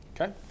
okay